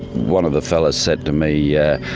one of the fellas said to me, yeah